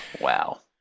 Wow